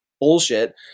bullshit